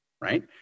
right